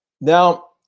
now